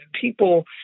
people